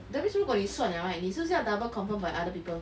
that means 如果你算 liao right 你是不是要 double confirmed by other people